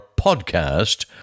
podcast